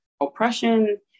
oppression